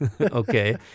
Okay